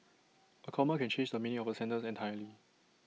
A comma can change the meaning of A sentence entirely